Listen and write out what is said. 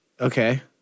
okay